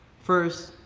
first,